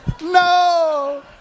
no